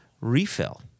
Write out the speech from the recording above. refill